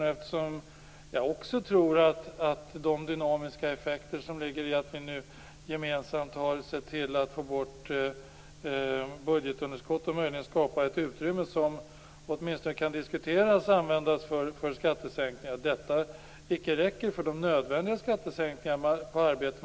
Jag tror också att de dynamiska effekter som ligger i att vi nu gemensamt har sett till att vända budgetunderskottet och möjligen skapa ett utrymme som vi åtminstone kan diskutera att använda till skattesänkningar inte räcker för de nödvändiga skattesänkningarna på arbete.